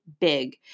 big